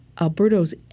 Alberto's